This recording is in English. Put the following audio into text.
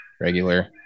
regular